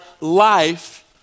life